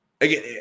Again